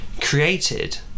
created